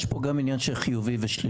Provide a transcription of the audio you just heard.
יש פה גם עניין של חיובי ושלילי,